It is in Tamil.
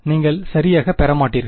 நீங்கள் சரியாகப் பெற மாட்டீர்கள்